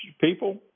People